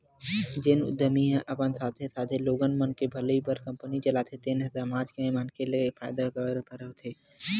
जेन उद्यमी ह अपन साथे साथे लोगन मन के भलई बर कंपनी चलाथे तेन ह समाज के मनखे के फायदा बर होथे